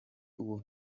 ubu